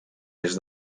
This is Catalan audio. des